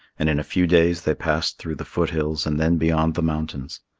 and in a few days they passed through the foot-hills and then beyond the mountains.